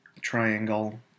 triangle